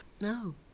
No